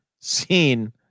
seen